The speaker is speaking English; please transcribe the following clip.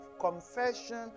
confession